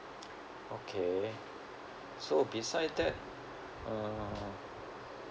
okay so besides that uh